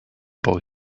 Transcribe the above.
boy